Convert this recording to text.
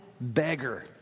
beggar